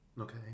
Okay